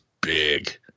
big